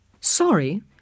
Sorry